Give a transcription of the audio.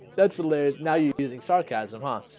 that's hilarious now. you're using sarcasm, huh?